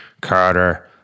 Carter